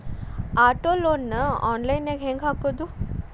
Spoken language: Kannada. ಆಟೊ ಲೊನ್ ನ ಆನ್ಲೈನ್ ನ್ಯಾಗ್ ಹೆಂಗ್ ಹಾಕೊದು?